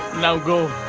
now go,